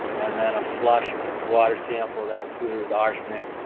and then a flushed water sample that included arsenic,